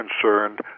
concerned